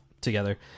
together